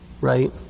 right